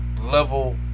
level